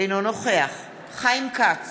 אינו נוכח חיים כץ,